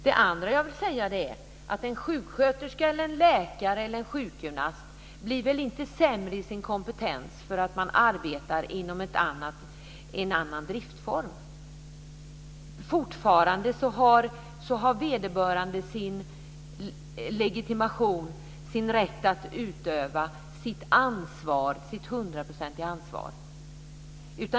Det andra jag vill säga är att en sjuksköterska, läkare eller sjukgymnast inte får sämre kompetens för att han eller hon arbetar i en annan driftform. Fortfarande har vederbörande sin legitimation, sin rätt att utöva och sitt hundraprocentiga ansvar.